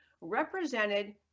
represented